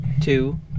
two